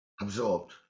absorbed